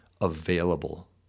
available